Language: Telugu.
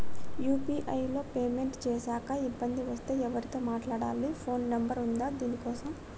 యూ.పీ.ఐ లో పేమెంట్ చేశాక ఇబ్బంది వస్తే ఎవరితో మాట్లాడాలి? ఫోన్ నంబర్ ఉందా దీనికోసం?